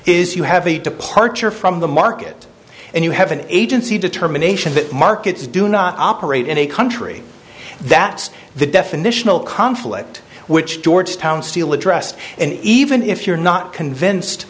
is you have a departure from the market and you have an agency determination that markets do not operate in a country that's the definitional conflict which georgetown steel addressed and even if you're not convinced